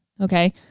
Okay